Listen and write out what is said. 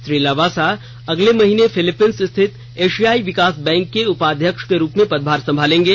श्री लवासा अगले महीने फिलीपीस स्थित एशियाई विकास बैंक के उपाध्यक्ष के रूप में पदभार संभालेंगे